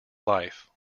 life